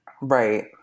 Right